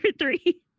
three